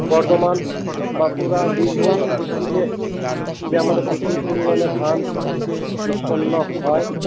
বর্ধমান বাঁকুড়া বীরভূম ডিস্ট্রিক্টে যে আমাদের প্রচুর পরিমাণে ধান উৎপন্ন হয়